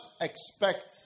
expect